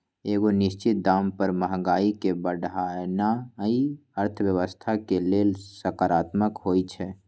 एगो निश्चित दाम पर महंगाई के बढ़ेनाइ अर्थव्यवस्था के लेल सकारात्मक होइ छइ